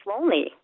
lonely